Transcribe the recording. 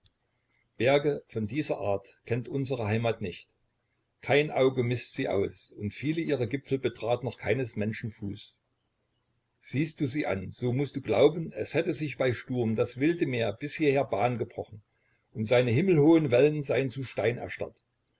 berge von dieser art kennt unsere heimat nicht kein auge mißt sie aus und viele ihrer gipfel betrat noch keines menschen fuß siehst du sie an so mußt du glauben es hätte sich bei sturm das wilde meer bis hierher bahn gebrochen und seine himmelhohen wellen seien zu stein erstarrt